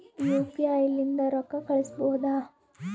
UPI ಲಿಂದ ರೊಕ್ಕ ಕಳಿಸಬಹುದಾ?